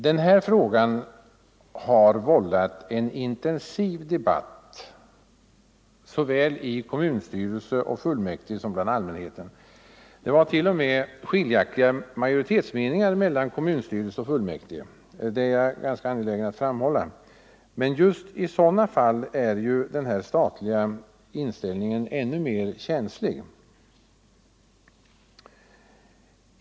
Den här frågan har i min hemkommun vållat en intensiv debatt såväl i kommunstyrelsen och fullmäktige som bland allmänheten. Det har t.o.m. förekommit skiljaktiga meningar mellan majoriteten i kommunstyrelse och i fullmäktige — det är jag angelägen om att framhålla. Men just i sådana fall är ju den statliga inställningen ännu mer känslig.